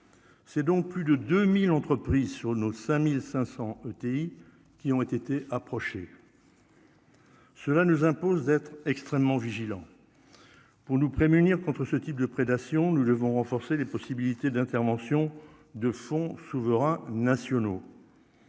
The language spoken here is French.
c'est donc plus de 2000 entreprises sur nos 5500 ETI qui ont été approché, cela nous impose d'être extrêmement vigilants pour nous prémunir contre ce type de prédation, nous devons renforcer les possibilités d'intervention de fonds souverains nationaux,